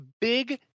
big